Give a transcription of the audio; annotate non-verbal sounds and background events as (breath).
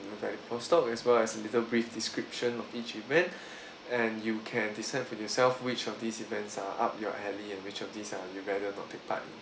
vladivostok as well as little brief description of each event (breath) and you can decide for yourself which of these events are up your alley and which of these are you'd rather not take part